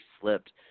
slipped